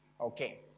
Okay